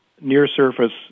near-surface